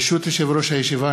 ברשות יושב-ראש הישיבה,